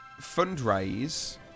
fundraise